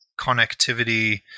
connectivity